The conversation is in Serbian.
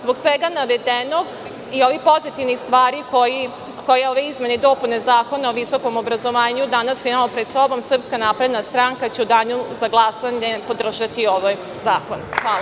Zbog svega navedenog i ovih pozitivnih stvari koje ove izmene i dopune Zakona o visokom obrazovanju imamo danas pred sobom, SNS će u danu za glasanje podržati ovaj zakon.